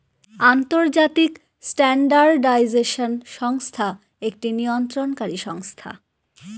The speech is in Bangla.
আন্তর্জাতিক স্ট্যান্ডার্ডাইজেশন সংস্থা একটি নিয়ন্ত্রণকারী সংস্থা